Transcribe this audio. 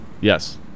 Yes